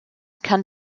kann